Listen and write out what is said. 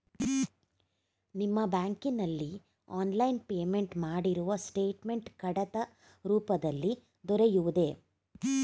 ನಿಮ್ಮ ಬ್ಯಾಂಕಿನಲ್ಲಿ online payment ಮಾಡಿರುವ ಸ್ಟೇಟ್ಮೆಂಟ್ ಕಡತ ರೂಪದಲ್ಲಿ ದೊರೆಯುವುದೇ?